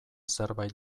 zerbait